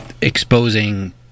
exposing